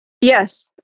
Yes